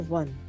one